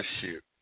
shoot